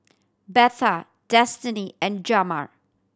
Betha Destinee and Jamar